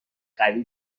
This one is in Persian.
قوی